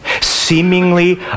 seemingly